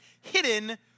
hidden